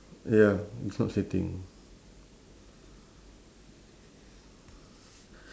ya it's not sitting